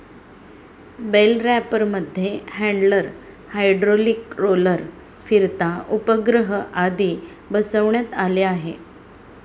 bell रॅपरमध्ये handler, hydraulic roller, फिरता उपग्रह आदी बसवण्यात आले आहे